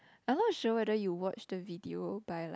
I'm not sure whether you watched the video but like